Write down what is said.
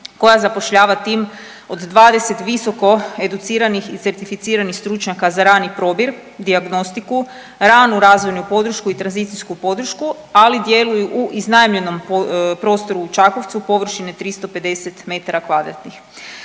koja zapošljava tim od 20 visoko educiranih i certificiranih stručnjaka za rani probir, dijagnostiku, ranu razvoju podršku i tranzicijsku podršku, ali djeluju u iznajmljenom prostoru u Čakovcu površine 350 m2.